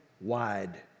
wide